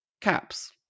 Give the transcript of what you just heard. caps